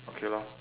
okay lor